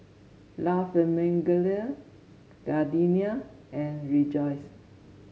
La Famiglia Gardenia and Rejoice